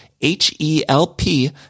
H-E-L-P